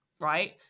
right